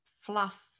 fluff